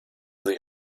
sich